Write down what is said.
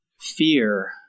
fear